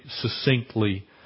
succinctly